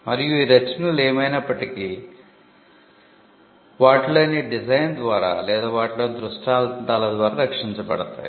మరియు ఈ రచనలు ఏమైనప్పటికీ వాటిలోని డిజైన్ ద్వారా లేదా వాటిలోని దృష్టాంతాల ద్వారా రక్షించబడతాయి